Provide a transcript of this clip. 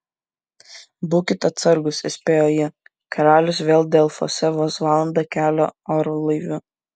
būkit atsargūs įspėjo ji karalius vėl delfuose vos valanda kelio orlaiviu